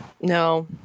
No